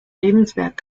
lebenswerk